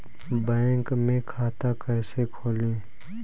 Bank में खाता कैसे खोलें?